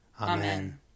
Amen